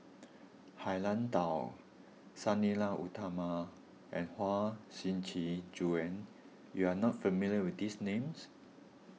Han Lao Da Sang Nila Utama and Huang Shiqi Joan you are not familiar with these names